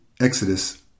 Exodus